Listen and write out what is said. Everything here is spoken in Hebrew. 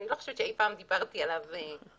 לא חושבת שאי פעם דיברתי עליו בציבור.